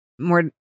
more